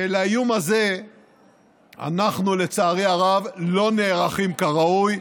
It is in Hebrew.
ולאיום הזה אנחנו, לצערי הרב, לא נערכים כראוי,